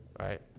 Right